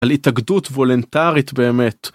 על התאגדות וולנטרית באמת.